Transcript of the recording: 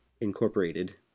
Incorporated